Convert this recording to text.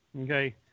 okay